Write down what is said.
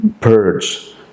purge